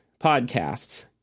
podcasts